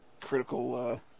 critical